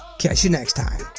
catch ya next time.